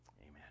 Amen